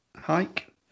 hike